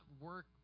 work –